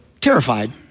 terrified